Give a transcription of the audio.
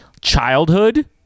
childhood